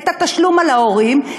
את התשלום על ההורים,